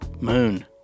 moon